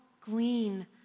glean